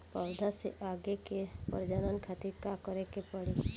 पौधा से आगे के प्रजनन खातिर का करे के पड़ी?